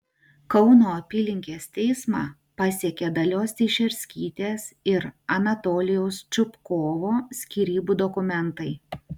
kauno apylinkės teismą pasiekė dalios teišerskytės ir anatolijaus čupkovo skyrybų dokumentai